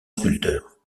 sculpteur